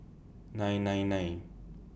nine nine nine